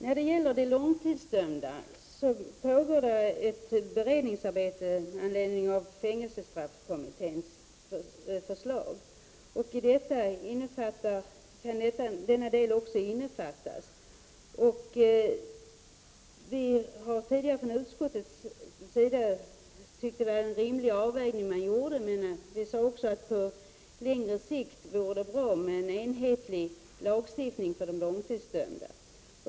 När det gäller de långtidsdömda pågår ett beredningsarbete med anledning av fängelsestraffkommitténs förslag och i detta kan denna del också innefattas. Vi har tidigare från utskottets sida tyckt att det var en rimlig avvägning man gjorde, men vi sade också att det på längre sikt vore bra med en enhetlig lagstiftning för de långtidsdömda.